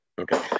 Okay